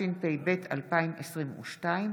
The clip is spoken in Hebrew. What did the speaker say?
התשפ"ב 2022,